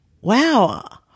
wow